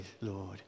Lord